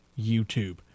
YouTube